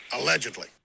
Allegedly